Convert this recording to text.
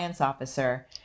officer